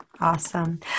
Awesome